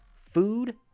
food